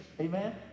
Amen